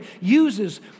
uses